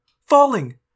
falling